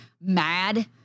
mad